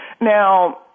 Now